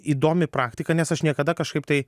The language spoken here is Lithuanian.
įdomi praktika nes aš niekada kažkaip tai